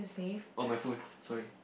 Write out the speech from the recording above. oh my phone sorry